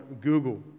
Google